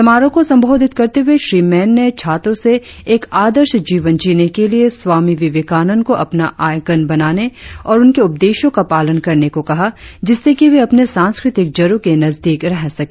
समारोह को संबोधित करते हुए श्री मैन छात्रों से एक आदर्श जीवन जीने के लिए स्वामी विवेकानंद को अपना आइकन बनाने और उनके उपदेशों का पालन करने को कहा जिससे कि वे अपने सांस्कृतिक जड़ो के नजदीक रह सके